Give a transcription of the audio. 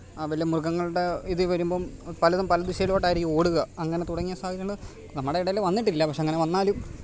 ആ വല്ല മൃഗങ്ങളുടെ ഇത് വരുമ്പം പലതും പല ദിശയിലോട്ടായിരിക്കും ഓടുക അങ്ങനെ തുടങ്ങിയ സാഹചര്യങ്ങൾ നമ്മുടെ ഇടയിൽ വന്നിട്ടില്ല പക്ഷേ അങ്ങനെ വന്നാലും